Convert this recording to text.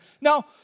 Now